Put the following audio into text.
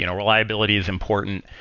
you know reliability is important,